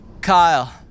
Kyle